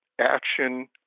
action